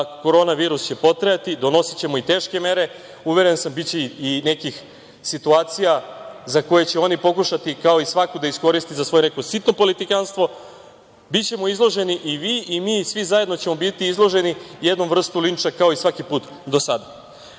Korona virus će potrajati, donosićemo i teške mere, uveren sam da će biti i nekih situacija za koje će oni pokušati kao i svako da iskoristi za svoje neko sitno politikanstvo, bićemo izloženi i vi i mi i svi zajedno jednoj vrsti linča, kao i svaki put do